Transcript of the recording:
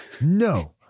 No